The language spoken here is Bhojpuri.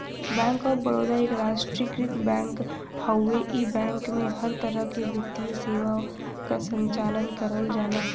बैंक ऑफ़ बड़ौदा एक राष्ट्रीयकृत बैंक हउवे इ बैंक में हर तरह क वित्तीय सेवा क संचालन करल जाला